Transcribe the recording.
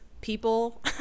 people